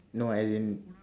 no I didn't